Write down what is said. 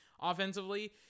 offensively